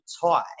tie